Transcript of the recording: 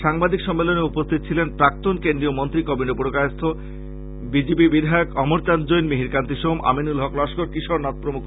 সাংবাদিক সম্মেলনে উপস্থিত ছিলেন প্রাক্তন কেন্দ্রীয় মন্ত্রী কবীন্দ্র পুরকায়স্থ বিধায়ক অমর চাঁদ জৈন মিহির কান্তি সোম আমিনুল হক লস্কর কিশোর নাথ প্রমুখ